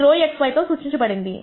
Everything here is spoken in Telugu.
ఇది ρxy తో సూచించబడింది